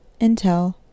Intel